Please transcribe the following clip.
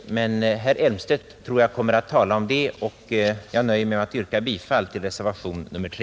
Eftersom jag tror att herr Elmstedt kommer att ta upp denna punkt, nöjer jag mig med att yrka bifall till reservationen 3.